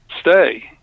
stay